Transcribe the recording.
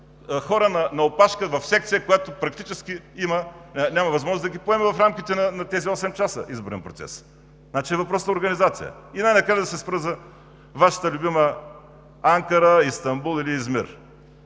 на опашка в секция, която практически няма възможност да ги поеме в рамките на осем часа изборен процес. Значи е въпрос на организация. Най-накрая ще се спра на Вашата любима Анкара, Истанбул или Измир.